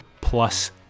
plus